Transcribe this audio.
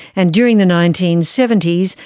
and during the nineteen seventy s,